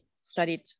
studied